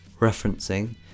referencing